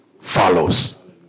follows